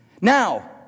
Now